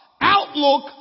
outlook